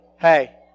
Hey